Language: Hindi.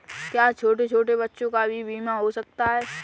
क्या छोटे छोटे बच्चों का भी बीमा हो सकता है?